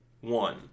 One